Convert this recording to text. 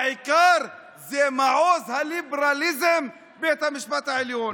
העיקר זה מעוז הליברליזם בית המשפט העליון.